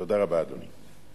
תודה רבה, אדוני.